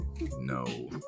no